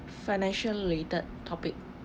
financial related topic